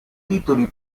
titoli